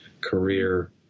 career